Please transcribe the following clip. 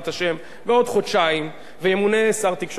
ושר התקשורת הודיע על פסק זמן מן החיים הפוליטיים,